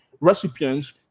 recipients